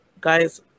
guys